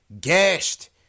gashed